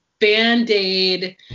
band-aid